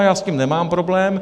Já s tím nemám problém.